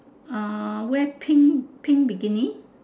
ah wear pink pink bikini